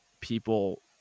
people